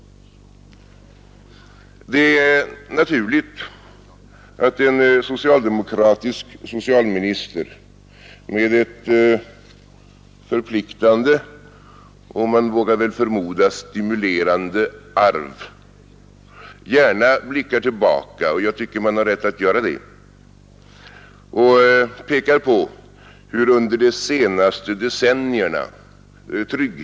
Det är naturligt att en socialdemokratisk socialminister med ett förpliktande och man vågar väl förmoda stimulerande arv gärna blickar tillbaka — jag tycker man har rätt att göra det — och pekar på hur tryggheten har ökat under de senaste decennierna.